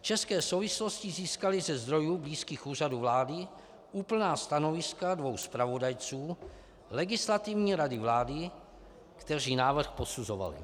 České souvislosti získaly ze zdrojů blízkých Úřadu vlády úplná stanoviska dvou zpravodajců Legislativní rady vlády, kteří návrh posuzovali.